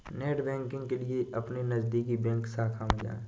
net banking के लिए अपने नजदीकी बैंक शाखा में जाए